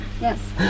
Yes